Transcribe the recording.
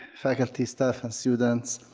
faculty, staff and students.